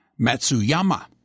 Matsuyama